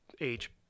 age